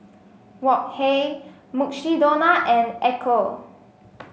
Wok Hey Mukshidonna and Ecco